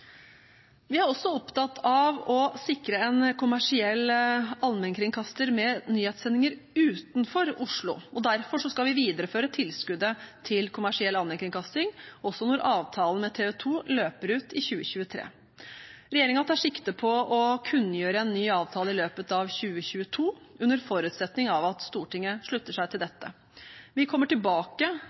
Vi er også opptatt av å sikre en kommersiell allmennkringkaster med nyhetssendinger utenfor Oslo. Derfor skal vi videreføre tilskuddet til kommersiell allmennkringkasting også når avtalen med TV 2 løper ut i 2023. Regjeringen tar sikte på å kunngjøre en ny avtale i løpet av 2022, under forutsetning av at Stortinget slutter seg til dette. Vi kommer tilbake